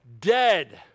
dead